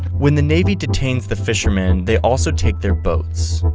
when the navy detains the fishermen, they also take their boats.